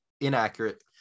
inaccurate